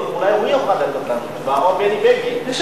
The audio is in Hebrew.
אני מציע